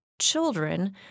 children